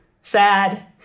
sad